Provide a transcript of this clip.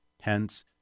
Hence